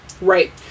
Right